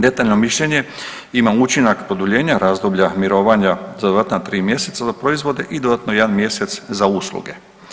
Detaljno mišljenje ima učinak produljenja razdoblja mirovanja za dodatna 3 mjeseca za proizvode i dodatno 1 mjesec za usluge.